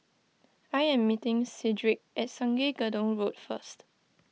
I am meeting Cedrick at Sungei Gedong Road first